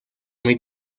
muy